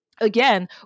again